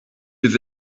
yüz